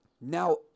now